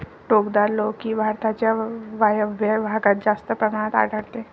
टोकदार लौकी भारताच्या वायव्य भागात जास्त प्रमाणात आढळते